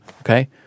okay